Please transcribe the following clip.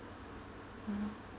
mmhmm